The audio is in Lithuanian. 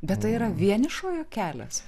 bet tai yra vienišojo kelias